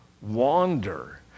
wander